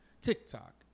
TikTok